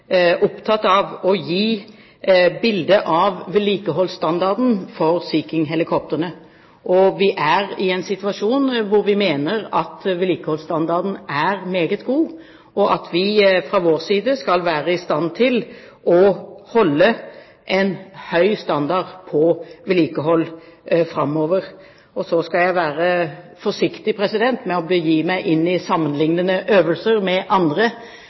opptatt av å gi et bilde av vedlikeholdsstandarden for Sea King-helikoptrene. Vi er i en situasjon hvor vi mener at vedlikeholdsstandarden er meget god, og at vi fra vår side skal være i stand til å holde en høy standard på vedlikehold framover. Så skal jeg være forsiktig med å begi meg inn i sammenliknende øvelser med andre.